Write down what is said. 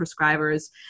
prescribers